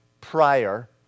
prior